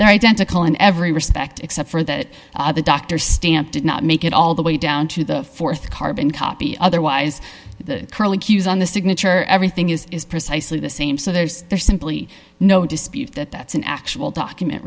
their identical in every respect except for that the doctor stamp did not make it all the way down to the th carbon copy otherwise the curlicues on the signature everything is is precisely the same so there's simply no dispute that that's an actual document